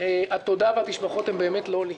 התודה והתשבחות הן באמת לא לי.